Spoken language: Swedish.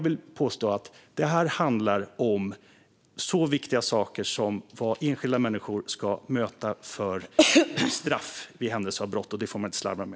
Men det här handlar om så viktiga saker som vilket straff enskilda människor ska möta i händelse av brott, och det får man inte slarva med.